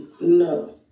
no